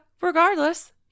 Regardless